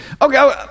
Okay